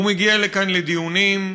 הוא מגיע לכאן לדיונים,